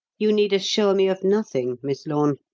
you need assure me of nothing, miss lorne,